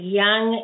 young